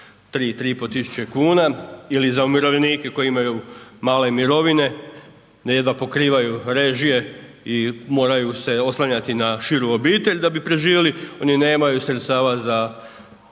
3.500 kuna ili za umirovljenike koji imaju male mirovine da jedva pokrivaju režije i moraju se oslanjati na širu obitelj da bi preživjeli, oni nemaju sredstava za